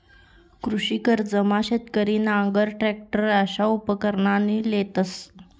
कृषी कर्जमा शेतकरी नांगर, टरॅकटर अशा उपकरणं लेतंस